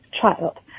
child